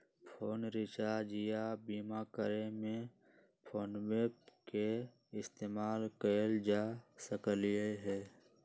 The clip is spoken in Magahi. फोन रीचार्ज या बीमा करे में फोनपे के इस्तेमाल कएल जा सकलई ह